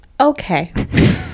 okay